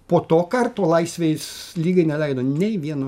po to karto laisvės lygai neleido nei vieno